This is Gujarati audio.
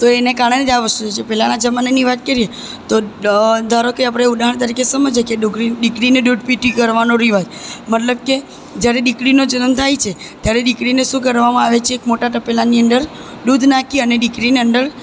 તો એને કારણે જ આ વસ્તુ થઇ છે પહેલાંના જમાનાની વાત કરીએ તો ધારો કે આપણે ઉદાહરણ તરીકે સમજીએ કે દીકરીને દૂધ પીતી કરવાનો રિવાજ મતલબ કે જ્યારે દીકરીનો જન્મ થાય છે ત્યારે દીકરીને શું કરવામાં આવે છે કે એક મોટાં તપેલાની અંદર દૂધ નાખી અને દીકરીને અંદર